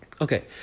Okay